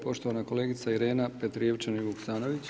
Poštovana kolegica Irena Petrijevčanin Vuksanović.